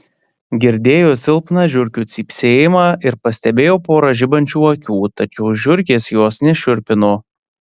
girdėjo silpną žiurkių cypsėjimą ir pastebėjo porą žibančių akių tačiau žiurkės jos nešiurpino